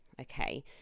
okay